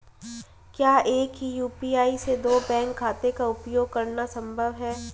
क्या एक ही यू.पी.आई से दो बैंक खातों का उपयोग करना संभव है?